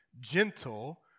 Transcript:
gentle